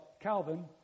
Calvin